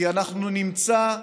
אנחנו נמצא,